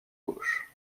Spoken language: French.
gauche